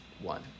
one